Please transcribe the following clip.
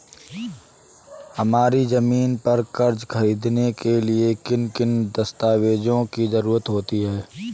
हमारी ज़मीन पर कर्ज ख़रीदने के लिए किन किन दस्तावेजों की जरूरत होती है?